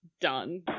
Done